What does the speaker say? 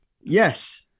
Yes